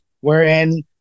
wherein